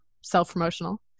self-promotional